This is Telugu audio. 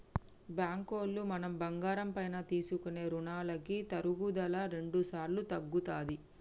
బ్యాంకులో మనం బంగారం పైన తీసుకునే రుణాలకి తరుగుదల రెండుసార్లు తగ్గుతది